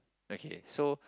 okay so